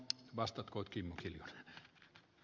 olisin ed